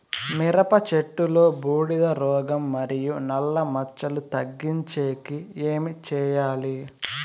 మిరప చెట్టులో బూడిద రోగం మరియు నల్ల మచ్చలు తగ్గించేకి ఏమి చేయాలి?